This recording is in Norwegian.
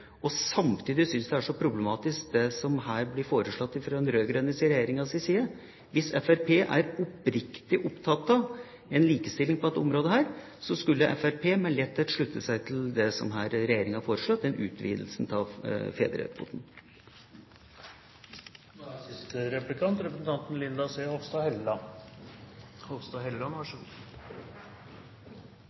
og samtidig synes det er så problematisk det som her blir foreslått fra den rød-grønne regjeringas side. Hvis Fremskrittspartiet er oppriktig opptatt av likestilling på dette området, skulle Fremskrittspartiet med letthet kunne slutte seg til det som regjeringa her har foreslått om utvidelse av